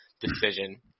decision